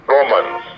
Romans